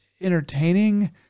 entertaining